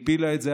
שהפילה את זה.